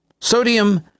Sodium